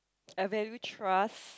I value trust